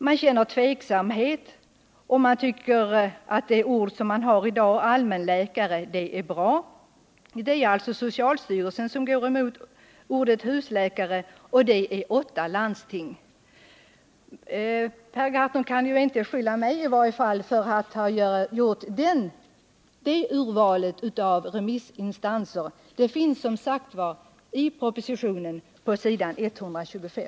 Man känner tveksamhet, och man tycker att det ord som i dag används, allmänläkare, är bra. Det är alltså socialstyrelsen som kritiserat ordet husläkare, och det är åtta landsting. Per Gahrton kan i varje fall inte beskylla mig för att ha gjort det urvalet av remissinstanser. De finns, som sagt, i propositionen på s. 125.